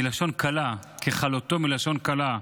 מלשון "כלה", "ככלותו" מלשון "כלה"